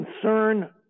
concern